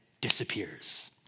disappears